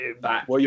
back